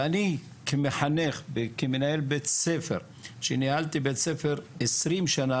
ואני כמחנך וכמנהל בית ספר שניהלתי בית ספר 20 שנה